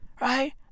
right